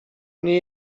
nie